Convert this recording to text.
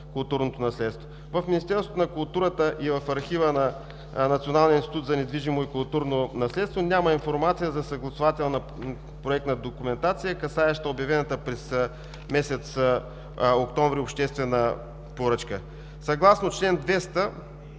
културното наследство. В Министерството на културата и в Архива на Националния институт за недвижимо и културно наследство няма информация за съгласувателна проектна документация, касаеща обявената през месец октомври 2017 г. обществена поръчка. Съгласно чл. 200,